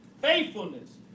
faithfulness